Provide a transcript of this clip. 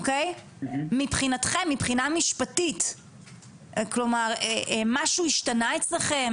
מבחינתכם, מבחינה משפטית משהו השתנה אצלכם?